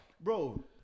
Bro